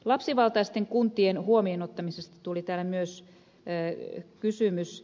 lapsivaltaisten kuntien huomioon ottamisesta tuli täällä myös kysymys